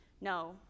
no